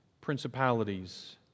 principalities